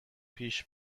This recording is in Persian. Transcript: پیش